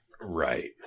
Right